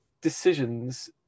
decisions